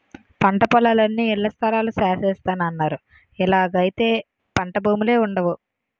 పంటపొలాలన్నీ ఇళ్లస్థలాలు సేసస్తన్నారు ఇలాగైతే పంటభూములే వుండవు